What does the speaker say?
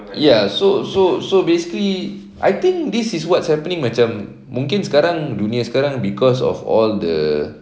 ya so so so basically I think this is what's happening mungkin sekarang dunia sekarang cause of all the